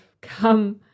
come